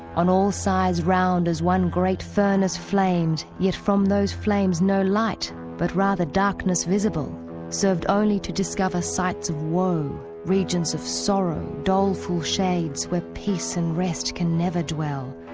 on all sides round as one great furnace flamed yet from those flames no light but rather darkness visible served only to discover sights of woe regions of sorrow, doleful shades, where peace and rest can never dwell,